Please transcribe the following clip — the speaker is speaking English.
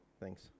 Thanks